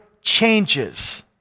changes